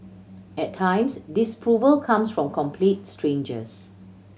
at times disapproval comes from complete strangers